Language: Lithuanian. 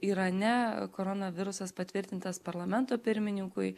irane koronavirusas patvirtintas parlamento pirmininkui